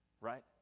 Right